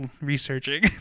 researching